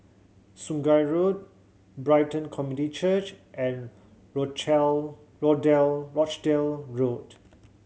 Sungei Road Brighton Community Church and Rochdale Road